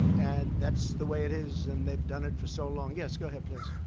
and that's the way it is. and they've done it for so long. yes, go ahead, please.